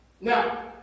Now